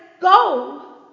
go